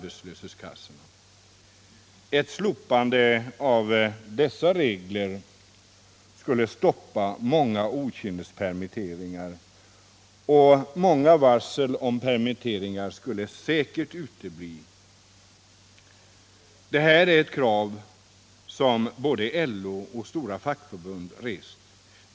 Ett slopande av dessa regler skulle stoppa många okynnespermitteringar. Många varsel om permitteringar skulle säkert utebli. Det här är krav som både LO och stora fackförbund rest.